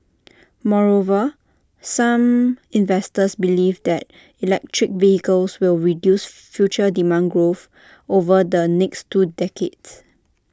moreover some investors believe that electric vehicles will reduce future demand growth over the next two decades